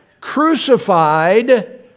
Crucified